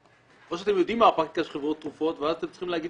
או שאתם יודעים מה הפרקטיקה של חברות התרופות ואז אתם צריכים להגיד